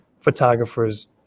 photographers